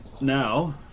now